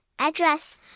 Address